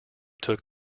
took